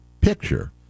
picture